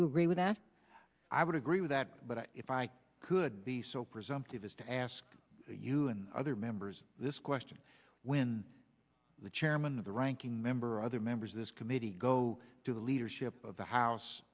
you agree with that i would agree with that but if i could be so presumptive as to ask you and other members this question when the chairman of the ranking member other members of this committee go to the leadership of the house